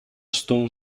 stone